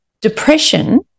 depression